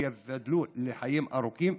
שייבדלו לחיים ארוכים,